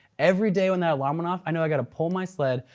every day when that alarm went off, i know i gotta pull my sled,